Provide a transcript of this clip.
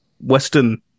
Western